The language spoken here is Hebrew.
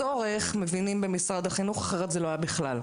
שבעיקר במדינות בעלות הכנסה נמוכה אחריות לנטל של הטביעה בעולם כולו,